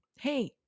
Hey